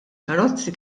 karozzi